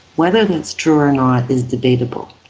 whether that's true or not is debatable.